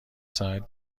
ساعت